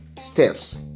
steps